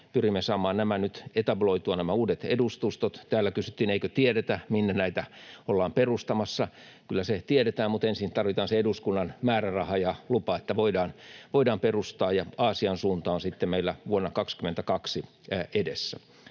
pyrimme saamaan nämä uudet edustustot nyt etabloitua. Täällä kysyttiin, eikö tiedetä, minne näitä ollaan perustamassa. Kyllä se tiedetään, mutta ensin tarvitaan se eduskunnan määräraha ja lupa, että voidaan perustaa, ja Aasian suunta on sitten meillä vuonna 22 edessä.